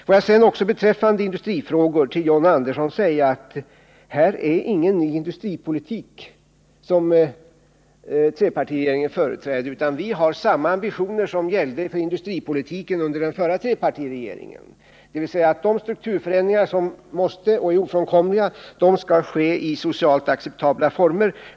Får jag sedan beträffande industrifrågor säga till John Andersson att här är det ingen ny industripolitik som trepartiregeringen företräder, utan vi har samma ambitioner som gällde för industripolitiken under den förra trepartiregeringen, dvs. att de strukturförändringar som är ofrånkomliga skall ske i socialt acceptabla former.